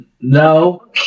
No